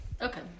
Okay